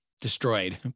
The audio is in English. destroyed